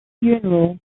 funeral